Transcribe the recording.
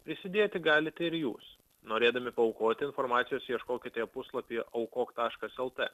prisidėti galite ir jūs norėdami paaukoti informacijos ieškokite puslapyje aukok taškas lt